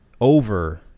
over